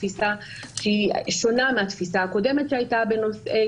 תפיסה שהיא שונה מהתפיסה הקודמת שהייתה בנושאי